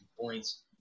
points